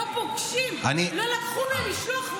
לא פוגשים, לא לקחו מהם משלוח מנות.